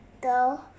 go